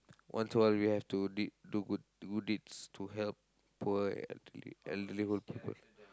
once a while we have to did do good good deeds to help poor elderly elderly poor people